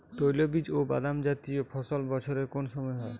তৈলবীজ ও বাদামজাতীয় ফসল বছরের কোন সময় হয়?